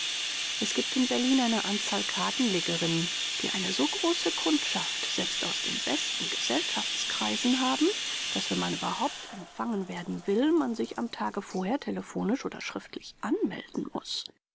es gibt in berlin eine anzahl kartenlegerinnen die eine so große kundschaft selbst aus den besten gesellschaftskreisen haben daß wenn man überhaupt empfangen werden will man sich am tage vorher telephonisch oder schriftlich anmelden muß